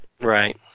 Right